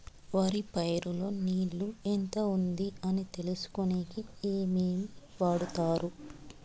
వరి పైరు లో నీళ్లు ఎంత ఉంది అని తెలుసుకునేకి ఏమేమి వాడతారు?